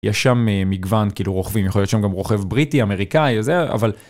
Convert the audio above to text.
יש שם מגוון, כאילו רוכבים, יכול להיות שם גם רוכב בריטי, אמריקאי וזה, אבל...